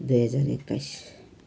दुई हजार एक्काइस